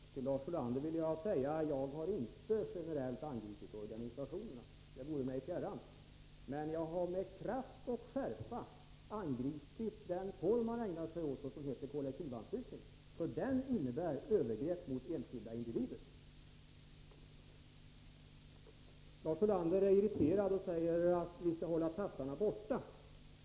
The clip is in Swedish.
Herr talman! Till Lars Ulander vill jag säga att jag inte generellt angripit organisationerna — det vore mig fjärran. Men jag har med kraft och skärpa angripit en av de anslutningsformer som man tillämpar och som heter kollektivanslutning. Den innebär övergrepp mot enskilda individer. Lars Ulander är irriterad och säger att vi skall hålla tassarna borta.